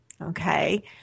okay